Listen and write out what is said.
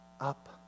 up